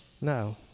No